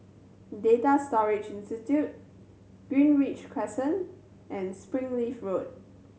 Data Storage Institute Greenridge Crescent and Springleaf Road